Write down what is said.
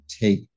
take